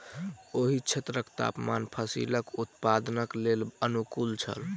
ओहि क्षेत्रक तापमान फसीलक उत्पादनक लेल अनुकूल छल